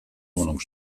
wohnung